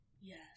Yes